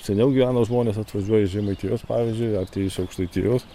seniau gyveno žmonės atvažiuoja iš žemaitijos pavyzdžiui ar ti iš aukštaitijos